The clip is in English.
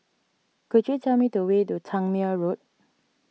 could you tell me the way to Tangmere Road